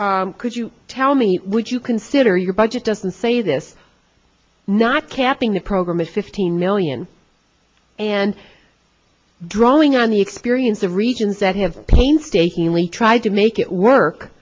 could you tell me would you consider your budget doesn't say this not capping the program is fifteen million and drawing on the experience of regions that have painstakingly tried to make it work